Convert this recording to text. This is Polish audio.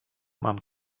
mam